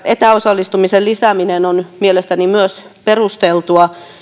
etäosallistumisen lisääminen on mielestäni perusteltua